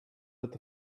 lot